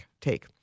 take